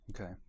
Okay